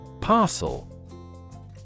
Parcel